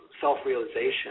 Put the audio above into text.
self-realization